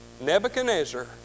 Nebuchadnezzar